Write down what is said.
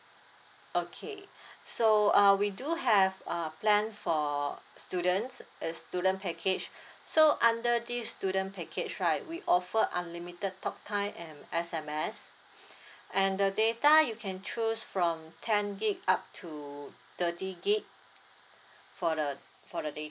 okay so uh we do have a plan for students is student package so under this student package right we offer unlimited talk time and S_M_S and the data you can choose from ten gig up to thirty gig for the for the data